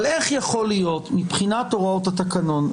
אבל איך יכול להיות מבחינת הוראות התקנון,